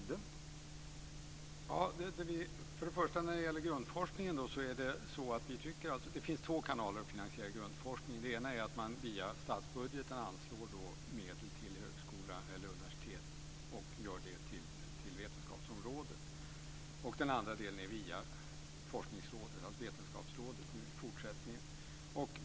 Herr talman! Det finns två kanaler för att finansiera grundforskning. Den ena är att man via statsbudgeten anslår medel till högskola eller universitet, och gör det till vetenskapsområdet. Den andra delen är att man går via forskningsrådet eller i fortsättningen vetenskapsrådet.